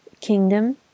kingdom